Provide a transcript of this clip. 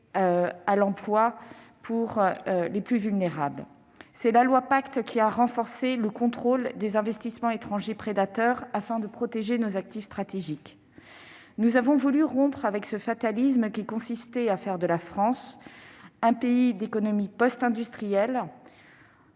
transformation des entreprises, dite Pacte, a renforcé le contrôle des investissements étrangers prédateurs pour protéger nos actifs stratégiques. Nous avons voulu rompre avec ce fatalisme qui consistait à faire de la France un pays d'économie post-industrielle,